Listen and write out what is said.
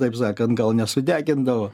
taip sakant gal nesudegindavo